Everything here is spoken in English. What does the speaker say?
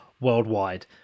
worldwide